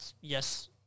yes